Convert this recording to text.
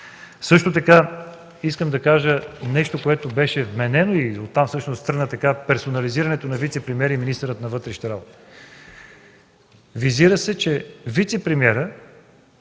Също така искам да кажа нещо, което беше вменено, и оттам тръгна всъщност персонализирането на вицепремиера и министъра на вътрешните работи. Визира се, че вицепремиерът